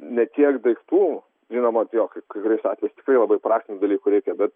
ne tiek daiktų žinoma jo kai kai kuriais atvejais tikrai labai praktinių dalykų reikia bet